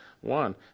One